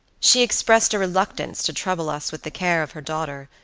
she expressed a reluctance to trouble us with the care of her daughter,